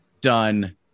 done